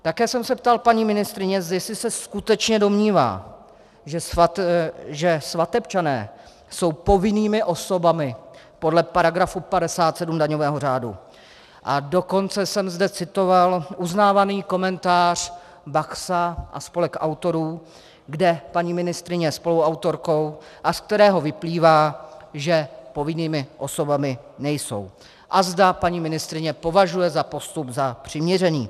Také jsem se ptal paní ministryně, jestli se skutečně domnívá, že svatebčané jsou povinnými osobami podle § 57 daňového řádu, a dokonce jsem zde citoval uznávaný komentář Baxa a spolek autorů, kde je paní ministryně spoluautorkou, z kterého vyplývá, že povinnými osobami nejsou, a zda paní ministryně považuje postup za přiměřený.